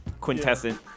Quintessence